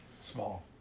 Small